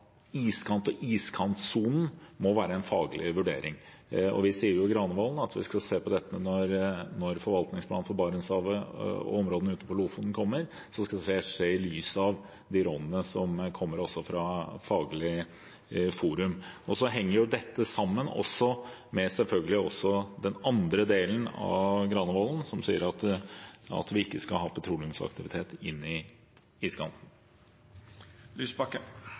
iskantsonen må være en faglig vurdering. Vi sier jo i Granavolden-plattformen at vi skal se på dette når forvaltningsplanen for Barentshavet og områdene utenfor Lofoten kommer, og det skal skje i lys av de rådene som kommer fra Faglig forum. Dette henger selvfølgelig også sammen med den andre delen av Granavolden-plattformen, som sier at vi ikke skal ha petroleumsaktivitet ved iskanten. Jeg skjønner at klima- og miljøministeren ikke vil være like tydelig fra talerstolen i